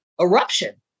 eruption